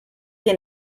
que